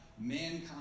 mankind